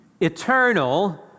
eternal